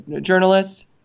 journalists